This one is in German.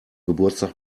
geburtstag